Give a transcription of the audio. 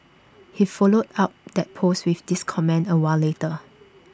he followed up that post with this comment A while later